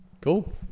Cool